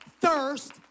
thirst